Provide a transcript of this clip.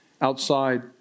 outside